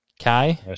Kai